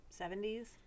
70s